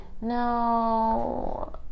No